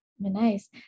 Nice